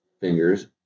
fingers